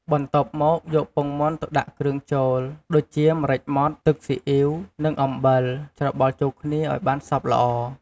បន្ទាប់មកយកពងមាន់ទៅដាក់គ្រឿងចូល ដូចជា ម្រេចម៉ដ្ឋ ទឹកស៊ីអ៉ីវ និងអំបិល ច្របល់ចូលគ្នាឱ្យបានសព្វល្អ។